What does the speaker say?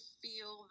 feel